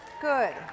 Good